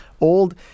old